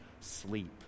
sleep